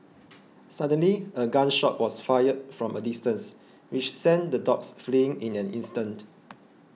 suddenly a gun shot was fired from a distance which sent the dogs fleeing in an instant